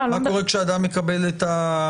מה קורה כאשר אדם מקבל את האשרה,